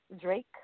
Drake